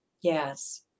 Yes